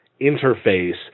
interface